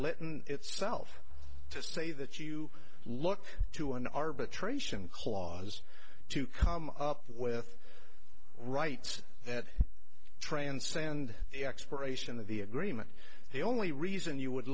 litton itself to say that you look to an arbitration clause to come up with rights that transcend the expiration of the agreement the only reason you would